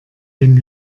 den